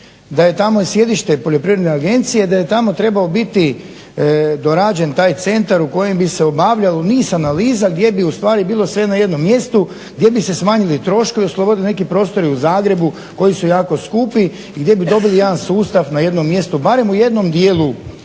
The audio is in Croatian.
da je tamo i sjedište Poljoprivredne agencije i da je tamo tabao biti dorađen taj centar u kojem bi se obavljalo niz analiza gdje bi ustvari bilo sve na jednom mjestu, gdje bi se smanjili troškovi, oslobodili neki prostori u Zagrebu koji su jako skupi i gdje bi dobili jedan sustav na jednom mjestu barem u jednom dijelu